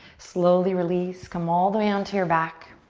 slowly release come all the way onto your back.